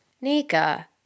Nika